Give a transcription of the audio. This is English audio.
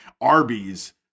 Arby's